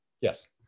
yes